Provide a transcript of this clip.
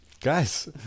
Guys